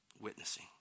Witnessing